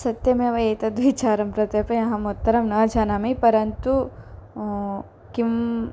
सत्यमेव एतद्विचारं प्रत्यपि अहम् उत्तरं न जानामि परन्तु किम्